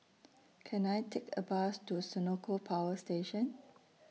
Can I Take A Bus to Senoko Power Station